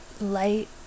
light